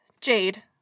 Jade